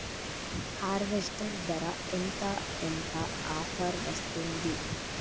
Harvester ధర ఎంత ఎంత ఆఫర్ వస్తుంది?